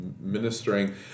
ministering